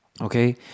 okay